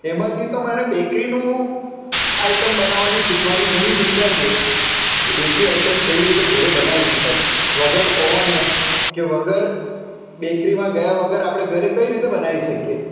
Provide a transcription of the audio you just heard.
તેમાંથી તો મારે બેકરીનું આઈટમ બનાવવાની શીખવાની ઘણી જ ઈચ્છા છે કે બેકરી આઈટમ કઈ રીતે ઘરે બનાવી શકાય વગર ઓવને કે વગર બેકરીમાં ગયા વગર આપણે ઘરે કઈ રીતે બનાવી શકીએ